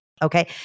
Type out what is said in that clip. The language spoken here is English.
Okay